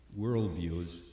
worldviews